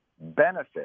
benefit